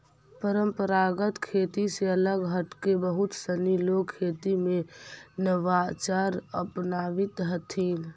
परम्परागत खेती से अलग हटके बहुत सनी लोग खेती में नवाचार अपनावित हथिन